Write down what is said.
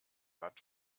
hat